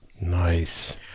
Nice